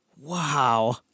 Wow